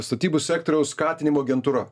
statybų sektoriaus skatinimo agentūra